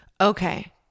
okay